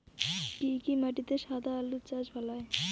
কি কি মাটিতে সাদা আলু চাষ ভালো হয়?